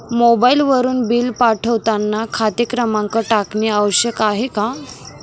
मोबाईलवरून बिल पाठवताना खाते क्रमांक टाकणे आवश्यक आहे का?